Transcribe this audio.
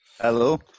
Hello